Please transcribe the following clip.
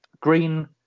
Green